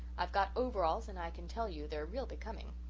i've got overalls and i can tell you they're real becoming.